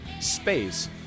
space